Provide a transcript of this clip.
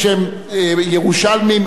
של כל בני ירושלים,